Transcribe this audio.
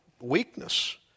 weakness